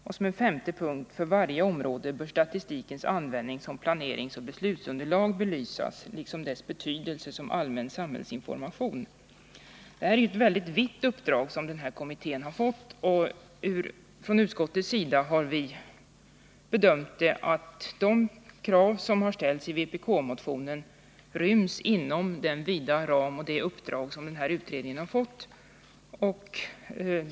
Den femte punkten lyder: För varje område bör statistikens användning som planeringsoch beslutsunderlag belysas liksom dess betydelse som allmän samhällsinformation. Det är ett mycket vitt uppdrag som denna kommitté har fått, och från utskottets sida har vi bedömt att det krav som har ställts i vpk-motionerna ryms inom den vida ramen för detta uppdrag.